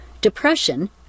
depression